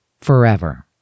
forever